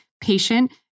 patient